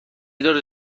داره